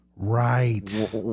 right